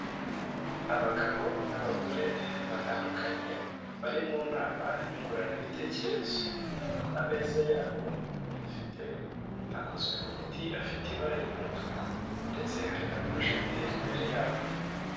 Abagabo n'abagore batandukanye bari mu nama nyunguranabitekerezo, ameza yabo afite, akozwe mu biti, afite ibara ry'umutuku ndetse hari na porojegiteri mbere yabo.